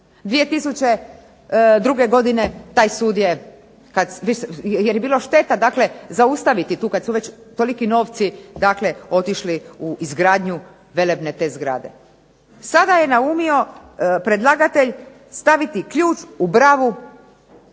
2002. godine taj sud je, jer je bilo šteta dakle zaustaviti tu kad su već toliki novci dakle otišli u izgradnju velebne te zgrade. Sada je naumio predlagatelj staviti ključ u bravu